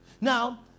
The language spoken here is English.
now